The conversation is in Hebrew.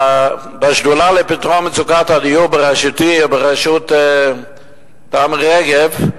בשדולה לפתרון מצוקת הדיור בראשותי ובראשות מירי רגב,